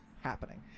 happening